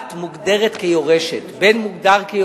בת מוגדרת כיורשת,